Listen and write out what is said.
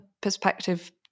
perspective